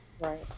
Right